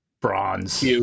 bronze